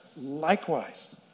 likewise